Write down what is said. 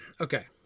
Okay